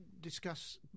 discuss